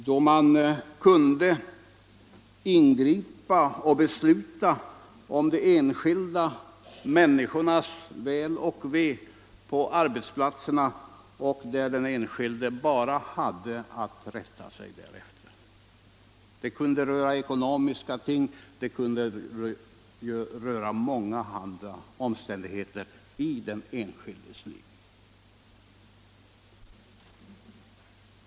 Då kunde överordnade ingripa i och besluta om de enskilda människornas väl och ve på arbetsplatserna. Den enskilde hade bara att rätta sig därefter. Det kunde röra ekonomiska ting och mångahanda oräiständigheter i den enskildes liv.